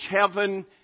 heaven